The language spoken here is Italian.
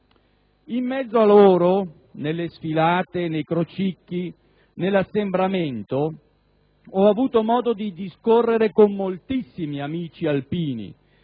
In mezzo a loro, nelle sfilate, nei crocicchi e negli assembramenti ho avuto modo di discorrere con moltissimi amici alpini